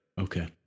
Okay